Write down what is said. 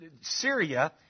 Syria